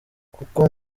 kuko